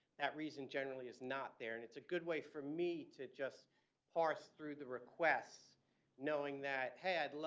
that reason generally is not there. and it's a good way for me to just parse through the requests knowing that, hey,